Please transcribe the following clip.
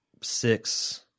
six